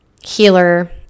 healer